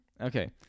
Okay